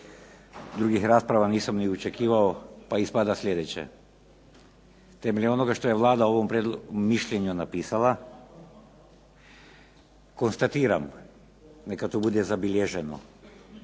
drugih rasprava nisam ni očekivao pa ispada sljedeće. Temeljem ovoga što je Vlada o ovom mišljenju napisala, konstatiram neka to bude zabilježeno.